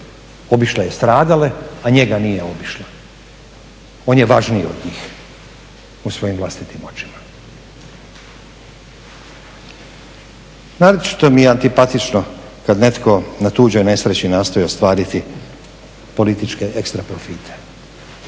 Obišla je stradale, a njega nije obišla. On je važniji od njih, u svojim vlastitim očima. Naročito mi je antipatično kad netko na tuđoj nesreći nastoji ostvariti političke ekstra profite.